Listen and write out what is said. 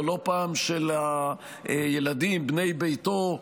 או לא פעם של הילדים בני ביתו,